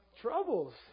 Troubles